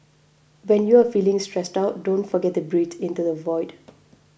when you are feeling stressed out don't forget to breathe into the void